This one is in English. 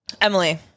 Emily